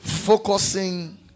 Focusing